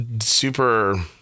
super